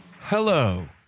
Hello